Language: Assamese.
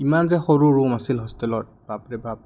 ইমান যে সৰু ৰুম আছিল হোষ্টেলত বাপৰে বাপ